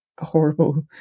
horrible